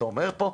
אתה אומר פה,